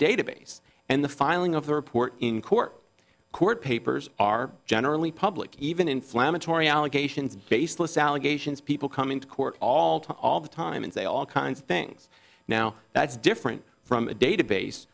database and the filing of the report in court court papers are generally public even inflammatory allegations baseless allegations people come into court all to all the time and say all kinds of things now that's different from a database